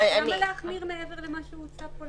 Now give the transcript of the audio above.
למה להחמיר מעבר למה שהוצע פה?